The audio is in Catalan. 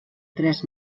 tres